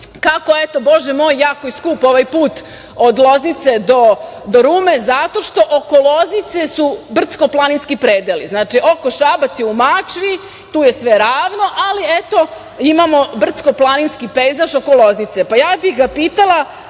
kako eto, bože moj, jako je skup ovaj put od Loznice do Rume zato što oko Loznice su brdsko-planinski predeli. Znači, Šabac je u Mačvi, tu je sve ravno, ali eto imamo brdsko-planinski pejzaž oko Loznice. Pa, ja bih ga pitala,